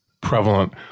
prevalent